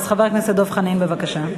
אז חבר הכנסת דב חנין, בבקשה.